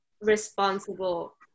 responsible